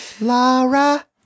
Laura